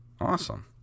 awesome